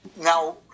now